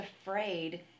afraid